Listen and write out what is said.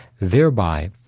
thereby